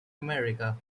america